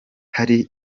hari